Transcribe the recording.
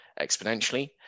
exponentially